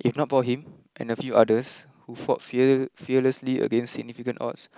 if not for him and a few others who fought fear fearlessly against significant odds